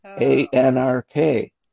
A-N-R-K